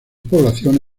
población